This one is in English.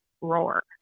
roar